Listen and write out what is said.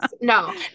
No